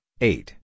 eight